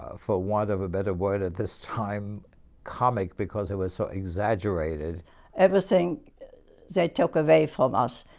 ah for worn of a better word at this time comic because it was so exaggerated everything they took away from us.